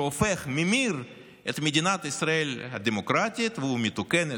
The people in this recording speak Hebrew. שממיר את מדינת ישראל הדמוקרטית והמתוקנת,